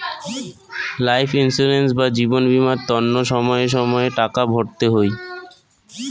life insurance বা জীবন বীমার তন্ন সময়ে সময়ে টাকা ভরতে হই